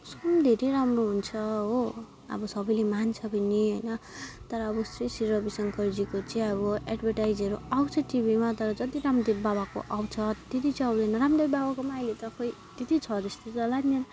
उसको पनि धेरै राम्रो हुन्छ हो अब सबैले मान्छ पनि होइन तर अब श्री श्री रविशङ्करजीको चाहिँ अब एडभर्टाइजहरू आउँछ टिभीमा तर जति रामदेव बाबाको आउँछ त्यत्ति चाहिँ आउँदैन रामदेव बाबाको पनि अहिले त खोइ त्यत्ति छ जस्तो त लाग्दैन